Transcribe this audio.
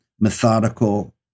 methodical